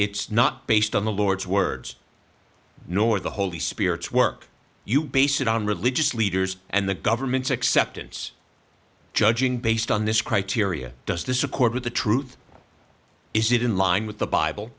it's not based on the lord's words nor the holy spirit's work you base it on religious leaders and the government's acceptance judging based on this criteria does this accord with the truth is it in line with the bible